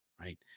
right